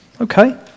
Okay